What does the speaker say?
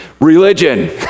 religion